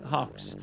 Hawks